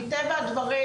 מטבע הדברים,